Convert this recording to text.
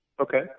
Okay